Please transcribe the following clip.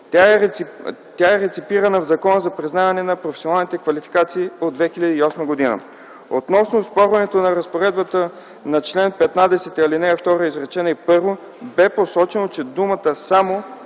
Тя е реципирана в Закона за признаване на професионалните квалификации от 2008 г. Относно оспорването на разпоредбата на чл. 15, ал. 2, изречение 1, бе посочено, че думата „само”